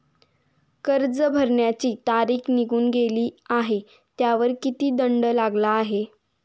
कर्ज भरण्याची तारीख निघून गेली आहे त्यावर किती दंड लागला आहे?